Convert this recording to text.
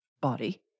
body